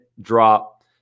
drop